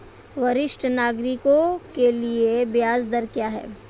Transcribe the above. वरिष्ठ नागरिकों के लिए ब्याज दर क्या हैं?